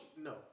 No